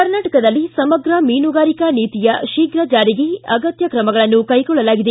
ಕರ್ನಾಟಕದಲ್ಲಿ ಸಮಗ್ರ ಮೀನುಗಾರಿಕಾ ನೀತಿಯ ಶೀಘ ಜಾರಿಗೆ ಅಗತ್ತ ತ್ರಮಗಳನ್ನು ಕೈಗೊಳ್ಳಲಾಗಿದೆ